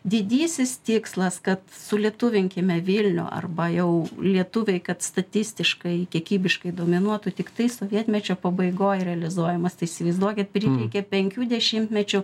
didysis tikslas kad sulietuvinkime vilnių arba jau lietuviai kad statistiškai kiekybiškai dominuotų tiktai sovietmečio pabaigoj realizuojamas tai įsivaizduokit prireikė penkių dešimtmečių